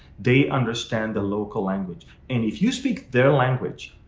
they understand the local language. and if you speak their language,